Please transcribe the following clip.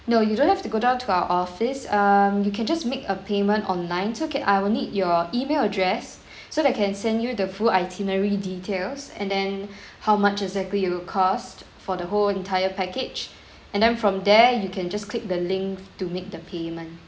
no you don't have to go down to our office um you can just make a payment online it's okay I will need your email address so they can send you the full itinerary details and then how much exactly it'll cost for the whole entire package and then from there you can just click the link to make the payment